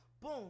Boom